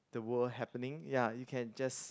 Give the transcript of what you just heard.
in the world happening ya you can just